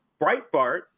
Breitbart